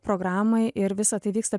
programai ir visa tai vyksta